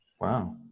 Wow